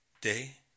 day